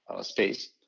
space